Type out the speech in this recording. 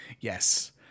Yes